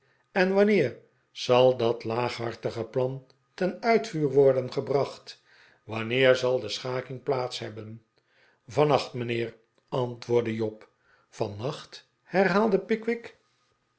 en wanneer zal dat laaghartige plan ten uitvoer worden gebracht wanneer zal de schaking plaats hebben vannacht mijnheer antwoordde job vannacht herhaalde pickwick